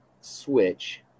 switch